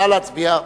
נא להצביע.